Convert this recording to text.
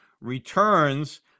returns